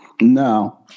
No